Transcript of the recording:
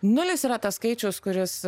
nulis yra tas skaičius kuris